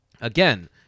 again